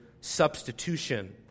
substitution